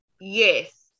yes